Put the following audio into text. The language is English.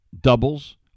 doubles